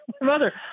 mother